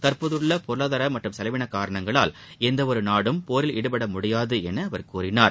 தற்போதுள்ள பொருளாதார மற்றும் செலவின காரணங்களால் எந்தவொரு நாடும் போரில் ஈடுபட முடியாது என அவர் கூறினார்